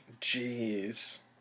Jeez